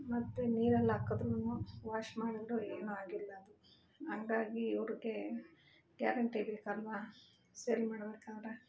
ಮತ್ತು ನೀರಲ್ಲಾಕಿದ್ರು ವಾಶ್ ಮಾಡಿದ್ರು ಏನು ಆಗಿಲ್ಲ ಅದು ಹಂಗಾಗಿ ಅವ್ರಿಗೆ ಗ್ಯಾರೆಂಟಿ ಬೇಕಲ್ವ ಸೇಲ್ ಮಾಡಬೇಕಂದ್ರೆ